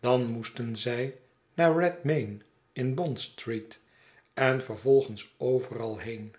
dan moesten zij naar redmayne in bond-street en vervolgens overal heen